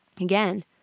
again